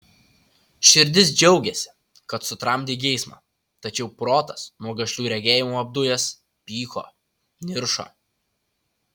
širdis džiaugėsi kad sutramdei geismą tačiau protas nuo gašlių regėjimų apdujęs pyko niršo